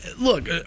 look